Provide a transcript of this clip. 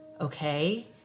okay